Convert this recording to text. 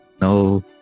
no